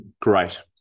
great